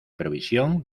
provisión